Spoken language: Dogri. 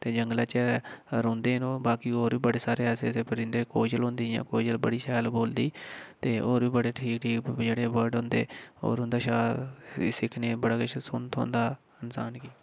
ते जंगलै च रौह्ंदे न ओह् बाकि होर बी बड़ी सारे ऐसे ऐसे परिंदे न कोयल होंदी जि'यां कोयल बड़ी शैल बोलदी ते होर बी बड़े ठीक ठीक जेह्ड़े बर्ड होंदे होर उं'दे शा सिक्खने बड़ा किश थ्होंदा इंसान गी